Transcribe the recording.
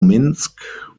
minsk